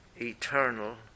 eternal